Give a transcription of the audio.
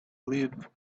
live